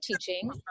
teaching